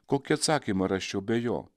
kokį atsakymą rasčiau be jo